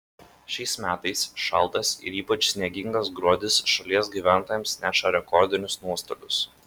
šiais metais šaltas ir ypač sniegingas gruodis šalies gyventojams neša rekordinius nuostolius